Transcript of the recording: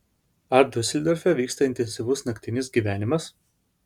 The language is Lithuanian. ar diuseldorfe vyksta intensyvus naktinis gyvenimas